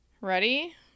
ready